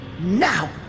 now